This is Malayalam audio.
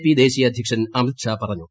പി ദേശീയ അദ്ധ്യക്ഷൻ അമിത്ഷാ പറഞ്ഞു